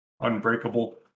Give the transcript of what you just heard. unbreakable